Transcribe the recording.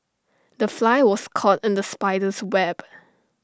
the fly was caught in the spider's web